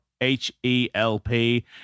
H-E-L-P